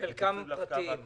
בכפוף להפקעה והכול.